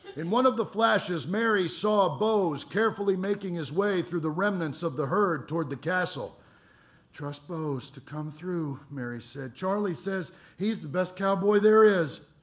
in one of the flashes, mary saw bose carefully making his way care through the remnants of the herd towards the castle trust bose to come through, mary said. charlie says he's the best cowboy there is.